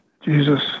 Jesus